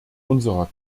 unserer